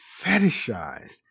fetishized